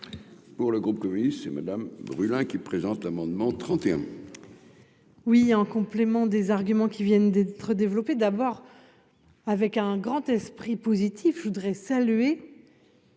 Pour le groupe communiste, c'est madame brûlant qui présente l'amendement 31. Oui, en complément des arguments qui viennent d'être développé d'abord avec un grand esprit positif, je voudrais saluer.